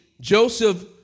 Joseph